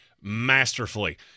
masterfully